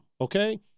Okay